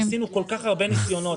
עשינו כל כך הרבה ניסיונות.